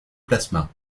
plasma